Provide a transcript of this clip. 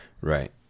Right